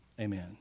Amen